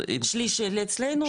שליש אצלנו.